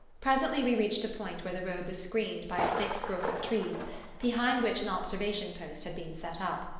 presently we reached a point where the road was screened by a thick growth of trees behind which an observation post had been set up.